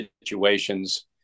situations